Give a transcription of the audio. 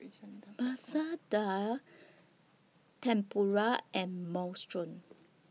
Masoor Dal Tempura and Minestrone